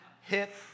hip